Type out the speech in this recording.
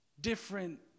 different